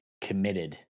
committed